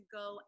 go